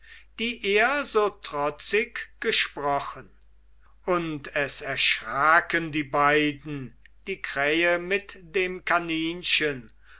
die er so trotzig gesprochen und es erschraken die beiden die krähe mit dem kaninchen